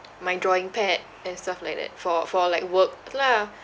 my drawing pad and stuff like that for for like work lah